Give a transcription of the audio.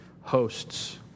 hosts